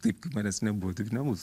taip manęs nebuvo taip nebus